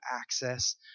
access